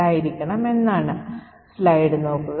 എന്നിരുന്നാലും എല്ലാ GCC വെർഷനുകളിലും ഇത് അങ്ങനെയായിരിക്കില്ല